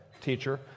teacher